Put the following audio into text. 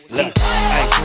Look